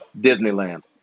Disneyland